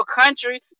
country